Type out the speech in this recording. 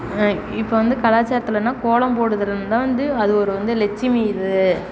இப்போ வந்து கலாச்சாரத்தில் கோலம்போடுதல்தான் வந்து அது ஒரு வந்து லட்சுமி இது